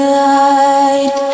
light